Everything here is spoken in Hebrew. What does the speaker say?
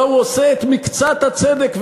אלא הוא עושה את מקצת הצדק,